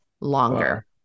longer